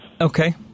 Okay